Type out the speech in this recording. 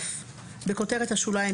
בכותרת השוליים,